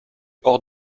hors